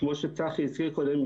כמו שצחי הצהיר קודם,